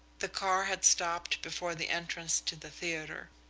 the car had stopped before the entrance to the theatre.